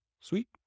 Sweet